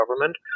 government